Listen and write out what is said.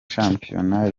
shampiyona